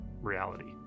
reality